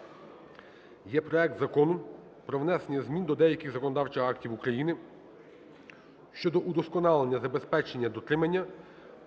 року (№ 2213) "Про внесення змін до деяких законодавчих актів щодо забезпечення дотримання